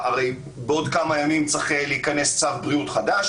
בעוד כמה ימים צריך להיכנס צו בריאות חדש